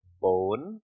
bone